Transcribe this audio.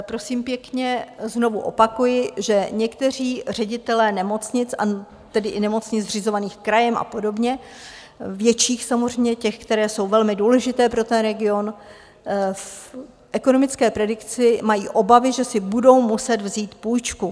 Prosím pěkně, znovu opakuji, že někteří ředitelé nemocnic, a tedy i nemocnic zřizovaných krajem a podobně, větších samozřejmě, těch, které jsou velmi důležité pro ten region, v ekonomické predikci mají obavy, že si budou muset vzít půjčku.